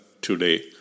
today